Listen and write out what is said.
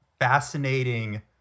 Fascinating